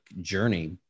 journey